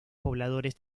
pobladores